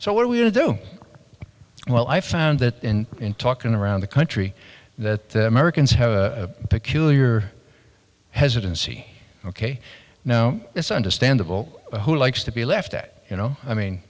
so what are we to do well i found that in talking around the country that americans have a peculiar hesitancy ok now it's understandable who likes to be left at you know i mean